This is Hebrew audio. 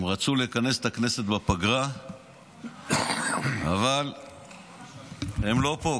הם רצו לכנס את הכנסת בפגרה אבל הם לא פה.